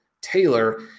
taylor